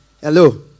Hello